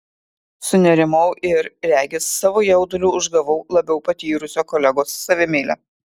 sunerimau ir regis savo jauduliu užgavau labiau patyrusio kolegos savimeilę